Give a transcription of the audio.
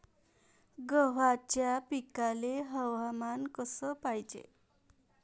गव्हाच्या पिकाले हवामान कस पायजे?